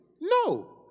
No